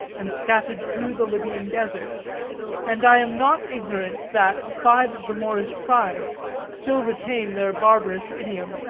and scattered through the lybian desert and i am not ignorant that five of the moorish tribes still retain their barbarous idiom,